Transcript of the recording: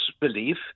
belief